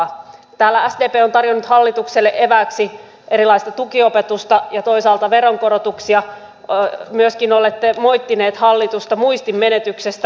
täällä sdp on tarjonnut hallitukselle evääksi erilaista tukiopetusta ja toisaalta veronkorotuksia myöskin olette moittineet hallitusta muistinmenetyksestä